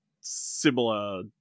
similar